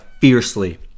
fiercely